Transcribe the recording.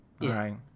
Right